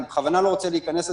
אני בכוונה לא רוצה להיכנס לזה,